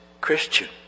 Christian